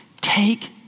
Take